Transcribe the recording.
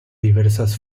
diversas